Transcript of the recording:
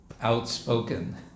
outspoken